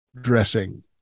dressing